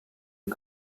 est